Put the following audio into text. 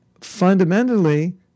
fundamentally